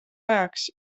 ajaks